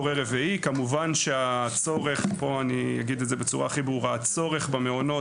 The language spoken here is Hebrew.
אגיד את זה בצורה הכי ברורה: הצורך במעונות,